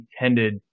intended